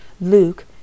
Luke